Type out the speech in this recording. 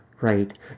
Right